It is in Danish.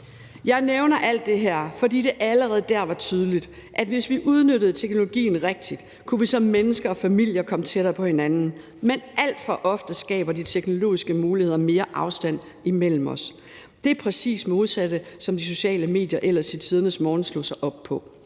Jeg nævner alt det her, fordi det allerede dér var tydeligt, at hvis vi udnyttede teknologien rigtigt, kunne vi som mennesker og familier komme tættere på hinanden, men at alt for ofte skaber de teknologiske muligheder mere afstand imellem os. Det er præcis det modsatte af, hvad de sociale medier ellers i tidernes morgen slog sig op på.